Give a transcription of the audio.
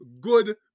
good